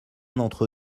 d’entre